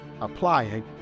applying